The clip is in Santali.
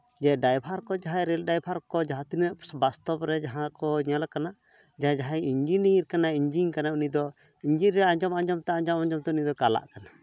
ᱡᱮ ᱰᱟᱭᱵᱷᱟᱨ ᱠᱚ ᱡᱟᱦᱟᱸᱭ ᱨᱮᱹᱞ ᱰᱟᱭᱵᱷᱟᱨ ᱠᱚ ᱡᱟᱦᱟᱸ ᱛᱤᱱᱟᱹᱜ ᱵᱟᱥᱛᱚᱵ ᱨᱮ ᱡᱟᱦᱟᱸᱠᱚ ᱧᱮᱞ ᱠᱟᱱᱟ ᱡᱟᱦᱟᱸᱭ ᱤᱧᱡᱤᱱᱤᱭᱟᱨ ᱠᱟᱱᱟᱭ ᱤᱧᱡᱤᱱ ᱠᱟᱱᱟᱭ ᱩᱱᱤᱫᱚ ᱤᱧᱡᱤᱱ ᱨᱮ ᱟᱸᱡᱚᱢ ᱟᱸᱡᱚᱢᱛᱮ ᱩᱱᱤᱫᱚ ᱠᱟᱞᱟᱜ ᱠᱟᱱᱟᱭ